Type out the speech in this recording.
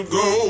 go